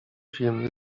film